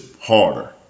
harder